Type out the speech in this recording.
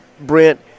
Brent